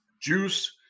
Juice